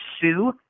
sue